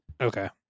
okay